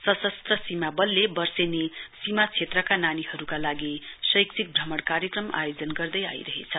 सशस्त्र सीमा बलले वर्षेनी सीमा क्षेत्रका नानीहरुका लागि शैक्षिक भ्रमण कार्यक्रम आयोजन गर्दै आइरहेछ